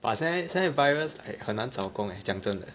but 现在现在 virus 很难找工 leh 讲真的